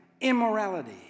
immorality